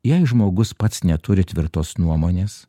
jei žmogus pats neturi tvirtos nuomonės